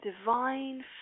divine